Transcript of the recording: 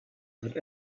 but